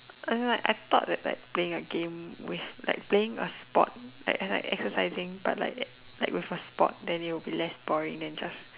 as in like I thought that like playing a game with like playing a sport is like exercising but like with a sport then it will be less boring then just